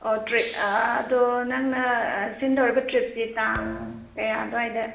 ꯑꯣ ꯇ꯭ꯔꯤꯞ ꯑꯗꯣ ꯅꯪꯅ ꯁꯤꯟꯗꯣꯔꯤꯕ ꯇ꯭ꯔꯤꯞꯁꯤ ꯇꯥꯡ ꯀꯌꯥ ꯑꯗ꯭ꯋꯥꯏꯗ